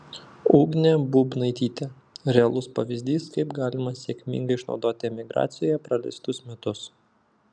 ugnė bubnaitytė realus pavyzdys kaip galima sėkmingai išnaudoti emigracijoje praleistus metus